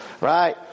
right